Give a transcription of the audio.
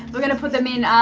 we're gonna put them in